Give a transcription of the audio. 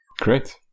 Great